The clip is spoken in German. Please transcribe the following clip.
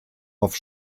auf